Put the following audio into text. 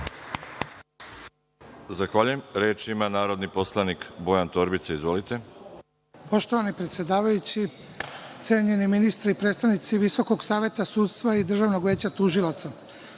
Arsić** Reč ima narodni poslanik Bojan Torbica. **Bojan Torbica** Poštovani predsedavajući, cenjeni ministri i predstavnici Visokog saveta sudstva i Državnog veća tužilaca.